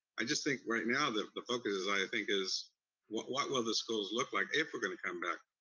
i just think right now that the focus is, i think, is what what will the schools look like if we're gonna come back.